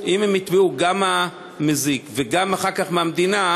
הנמקה מהמקום.